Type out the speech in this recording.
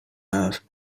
love